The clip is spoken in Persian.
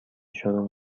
شروع